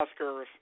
Oscars